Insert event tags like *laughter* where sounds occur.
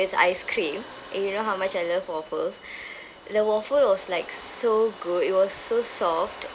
with ice cream and you know how much I love waffles *breath* the waffle was like so good it was so soft